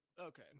okay